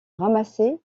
ramasser